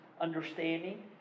understanding